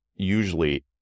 Usually